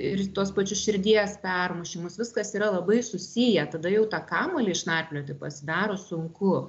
ir tuos pačius širdies permušimus viskas yra labai susiję tada jau tą kamuolį išnarplioti pasidaro sunku